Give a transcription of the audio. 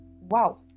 Wow